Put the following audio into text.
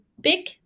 big